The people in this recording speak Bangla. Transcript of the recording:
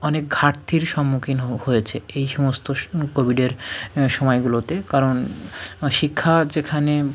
অনেক ঘাটতির সম্মুখীন হয়েছে এই সমস্ত স কোভিডের সমায়গুলোতে কারণ শিক্ষা যেখানে